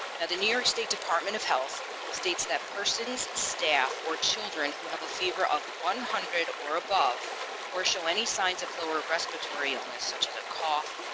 the new york state department of health states that persons, staff, or children who have a fever of one hundred or above or show any signs of lower respiratory illness such as a cough,